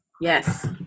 Yes